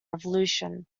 revolution